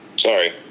sorry